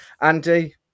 andy